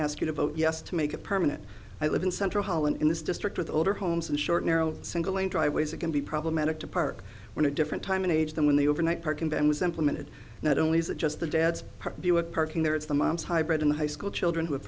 ask you to vote yes to make it permanent i live in central holland in this district with older homes and short narrow single lane driveways it can be problematic to park when a different time in age than when the overnight parking ban was implemented not only is it just the dad's park view of parking there it's the moms high bred in the high school children who have